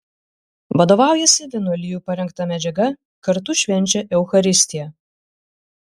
vadovaujasi vienuolijų parengta medžiaga kartu švenčia eucharistiją